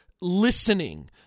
listening